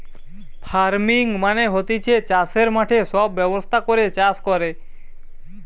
farming মানে হতিছে চাষের মাঠে সব ব্যবস্থা করে চাষ কোরে